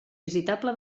visitable